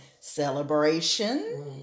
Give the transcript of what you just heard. celebration